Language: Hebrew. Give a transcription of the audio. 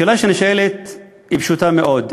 השאלה שנשאלת היא פשוטה מאוד,